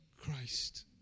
Christ